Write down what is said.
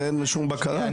ובלי שום בקרה?